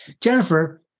Jennifer